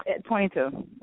22